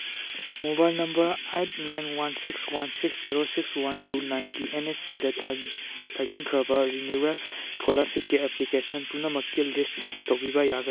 mobile number eight nine one six one six zero six one two ꯅꯥꯏꯟꯒꯤ N S ꯄꯤꯗ ꯊꯥꯖꯤꯟꯈ꯭ꯔꯕ renewal ꯏꯁꯀꯣꯂꯥꯔꯁꯤꯞꯀꯤ application ꯄꯨꯝꯅꯃꯛꯀꯤ ꯂꯤꯁ ꯇꯧꯕꯤꯕ